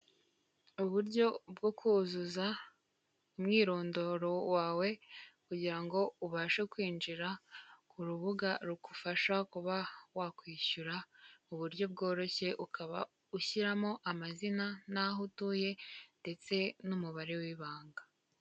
Uburyo bwo kuzuza umwirondoro wawe kugira ngo ubashe kwinjira ku rubuga rugufasha kuba wakwishyura uburyo bworoshye, ukaba ushyiramo amazina n'aho utuye ndetse n'umubare w'ibanga.